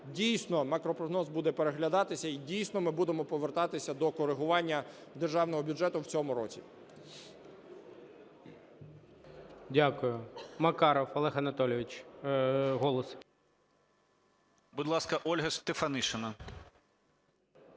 Дійсно, макропрогноз буде переглядатися, і дійсно, ми будемо повертатися до коригування державного бюджету в цьому році.